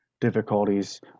difficulties